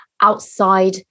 outside